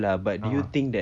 (uh huh)